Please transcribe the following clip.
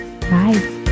Bye